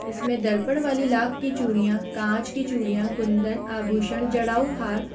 इसमें दर्पण वाली लाख की चूड़ियाँ काँच की चूड़ियाँ कुंदन आभूषण जड़ाऊ हार